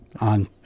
on